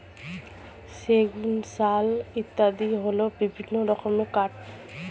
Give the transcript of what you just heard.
সেগুন, শাল ইত্যাদি হল বিভিন্ন রকমের কাঠ